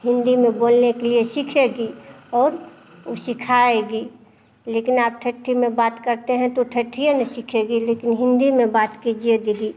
हिन्दी में बोलने के लिए सीखेगी और ऊ सीखाएगी लेकिन आप ठेठी में बात करते हैं तो ठेठिए न सीखेगी लेकिन हिन्दी में बात कीजिए दीदी